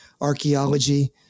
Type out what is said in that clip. archaeology